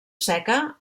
seca